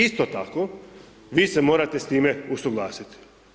Isto tako, vi se morate s time usuglasiti.